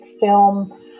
film